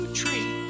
tree